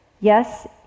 Yes